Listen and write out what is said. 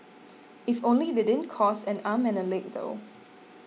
if only they didn't cost and arm and a leg though